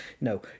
No